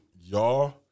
Y'all